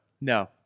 no